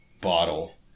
bottle